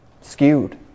skewed